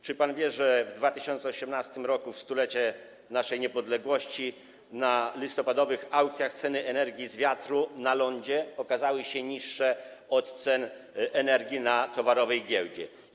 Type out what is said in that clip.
Czy pan wie, że w 2018 r., w 100-lecie naszej niepodległości, na listopadowych aukcjach ceny energii z wiatru na lądzie okazały się niższe od cen energii na giełdzie towarowej?